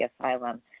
asylum